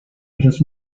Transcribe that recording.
los